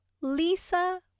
Lisa